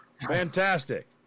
fantastic